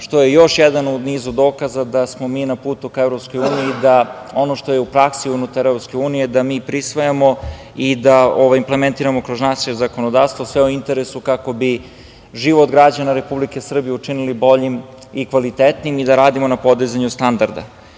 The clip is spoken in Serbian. što je još jedan u nizu dokaza da smo mi na putu ka EU i da ono što je u praksi unutar EU da mi prisvajamo i da implementiramo kroz naše zakonodavstvo, sve u interesu kako život građana Republike Srbije učinili boljim i kvalitetnijim i da radimo na podizanju standarda. Upravo